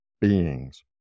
beings